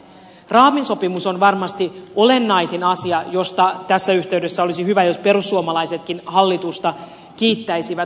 raamisopimus on varmasti olennaisin asia josta tässä yhteydessä olisi hyvä jos perussuomalaisetkin hallitusta kiittäisivät